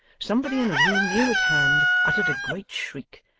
somebody in a room near at hand, uttered a great shriek,